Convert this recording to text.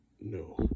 no